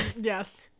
yes